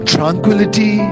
Tranquility